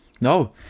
No